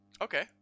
Okay